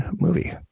movie